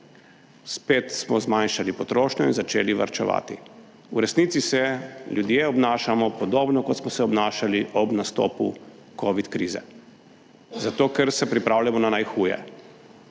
Spet smo zmanjšali potrošnjo in začeli varčevati. V resnici se ljudje obnašamo podobno kot smo se obnašali ob nastopu covid krize, zato ker se pripravljamo na najhuje.